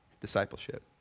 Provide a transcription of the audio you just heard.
discipleship